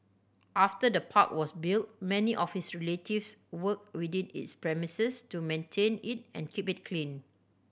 after the park was built many of his relatives worked within its premises to maintain it and keep it clean